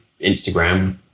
Instagram